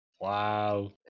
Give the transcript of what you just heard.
Wow